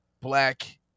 black